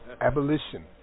Abolition